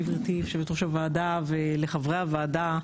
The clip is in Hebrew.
אני רוצה באמת להודות לך גברתי יושבת-ראש הוועדה ולחברי הוועדה,